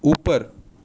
اُوپر